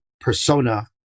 persona